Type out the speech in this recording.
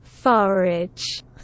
Forage